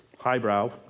Highbrow